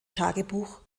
tagebuch